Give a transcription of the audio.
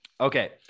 Okay